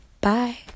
Bye